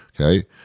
Okay